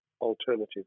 alternative